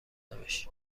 نوشت